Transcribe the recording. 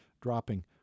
dropping